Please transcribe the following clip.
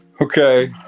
Okay